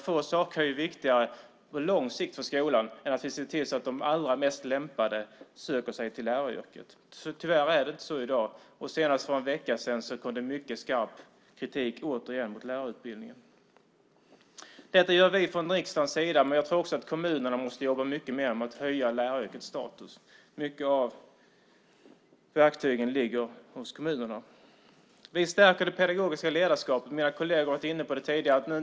Få saker är viktigare för skolan på lång sikt än att se till att de allra mest lämpade söker sig till läraryrket. Tyvärr är det inte så i dag. Senast för en vecka sedan kom det återigen mycket skarp kritik mot lärarutbildningen. Detta gör vi från riksdagens sida. Jag tror också att kommunerna måste jobba mycket mer med att höja läraryrkets status. Många av verktygen ligger hos kommunerna. Vi stärker det pedagogiska ledarskapet. Mina kolleger har varit inne på det tidigare.